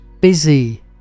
busy